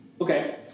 Okay